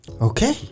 Okay